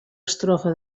estrofa